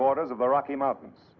borders of the rocky mountains